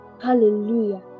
hallelujah